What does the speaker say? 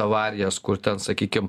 avarijas kur ten sakykim